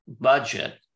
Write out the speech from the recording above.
budget